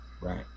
Right